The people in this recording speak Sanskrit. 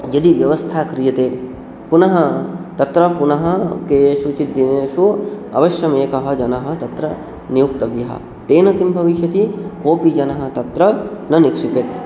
यदि व्यवस्था क्रियते पुनः तत्र पुनः केषुचिद्दिनेषु अवश्यमेकः जनः तत्र नियोक्तव्यः तेन किं भविष्यति कोपि जनः तत्र न निक्षिपेत्